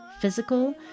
physical